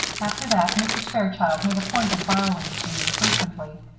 after that, mrs. fairchild made a point of borrowing jeanne frequently.